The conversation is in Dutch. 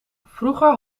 vroeger